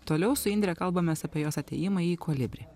toliau su indre kalbamės apie jos atėjimą į kolibrį